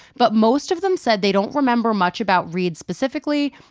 but most of them said they don't remember much about reade specifically,